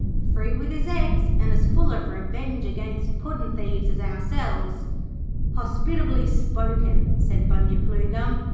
free with his eggs, and as full of revenge against puddin'-thieves as ourselves hospitably spoken said bunyip bluegum,